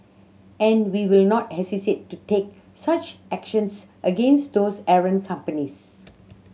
and we will not hesitate to take such actions against those errant companies